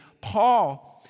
Paul